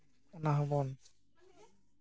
ᱚᱱᱟ ᱦᱚᱸᱵᱚᱱ